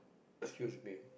excuse me